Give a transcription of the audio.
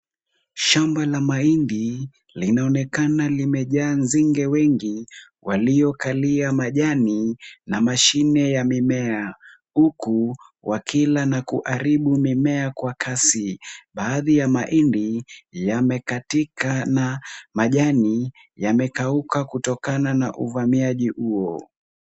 Shamba la mahindi linaonekana limejaa nzige wengi, waliokalia majani na mashine ya mimea, huku wakila na kuharibu mimea kwa kasi. Baadhi ya mahindi yamekatika na majani yamekauka kutokana na uvamiaji huo.